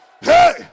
hey